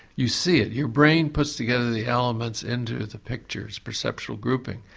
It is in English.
you see it, your brain puts together the elements into the picture's perceptual grouping.